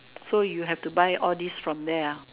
so you have to buy all this from there ah